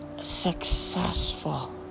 successful